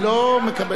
היא לא מקבלת,